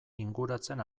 inguratzen